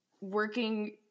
working